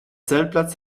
zeltplatz